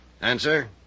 Answer